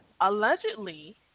allegedly